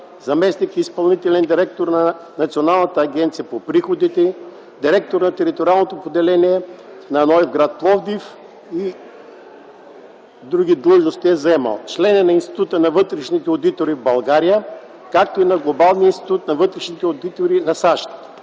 заместник-изпълнителен директор на Националната агенция за приходите, директор на териториалното поделение на НОИ в гр. Пловдив. Заемал е и други длъжности. Член е на Института на вътрешните одитори в България, както и на Глобалния институт на вътрешните одитори на САЩ.